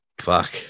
fuck